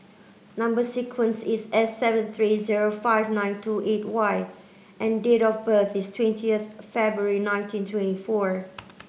number sequence is S seven three zero five nine two eight Y and date of birth is twentieth February nineteen twenty four